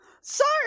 Sorry